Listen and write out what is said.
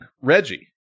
Reggie